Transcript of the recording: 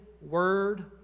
word